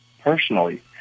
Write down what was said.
personally